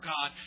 God